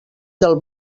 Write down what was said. del